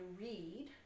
read